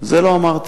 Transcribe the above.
זה לא אמרתי.